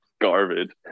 garbage